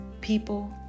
people